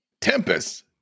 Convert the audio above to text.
Tempest